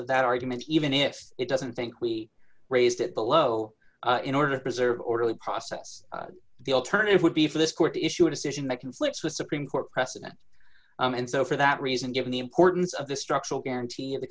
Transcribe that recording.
of that argument even if it doesn't think we raised it below in order to preserve orderly process the alternative would be for this court to issue a decision that conflicts with supreme court precedent and so for that reason given the importance of the structural guarantee